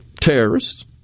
terrorists